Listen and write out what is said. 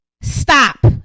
Stop